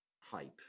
hype